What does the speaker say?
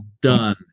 done